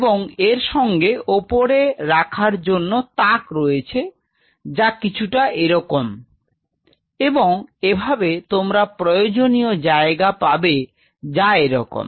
এবং এর সঙ্গে ওপরে রাখার জন্য তাক রয়েছে যা কিছুটা এরকম এবং এভাবে তোমরা প্রয়োজনীয় জায়গা পাবে যা এরকম